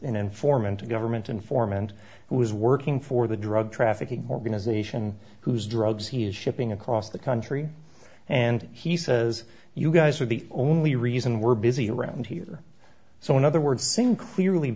informant a government informant who is working for the drug trafficking organization whose drugs he is shipping across the country and he says you guys are the only reason we're busy around here so in other words seem clearly